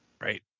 Right